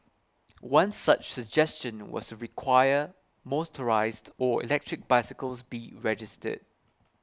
one such suggestion was require motorised or electric bicycles be registered